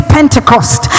Pentecost